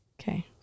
Okay